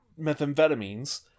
methamphetamines